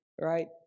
Right